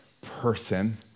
person